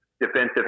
defensive